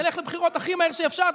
נלך לבחירות הכי מהר שאפשר,